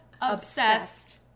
Obsessed